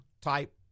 type